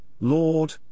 Lord